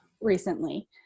recently